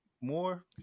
more